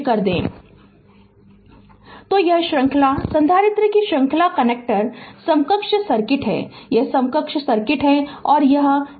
Refer slide time 0806 तो यह श्रृंखला संधारित्र के श्रृंखला कनेक्टर समकक्ष सर्किट है यह समकक्ष सर्किट है और यह Ceq है